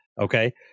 okay